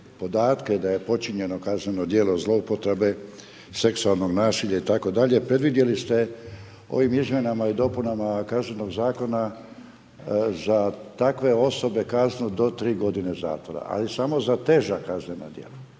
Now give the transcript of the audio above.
da je počinjeno kazneno djelo zloupotrebe, seksualnog nasilja itd., predvidjeli ste ovim izmjenama i dopunama Kaznenog zakona za takve osobe kaznu do 3 godine zatvora, ali samo za teža kaznena djela